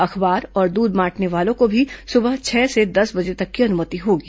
अखबार और दूध बांटने वालों को भी सुबह छह से दस बजे तक की अनुमति होगी